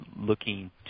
looking